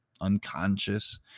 unconscious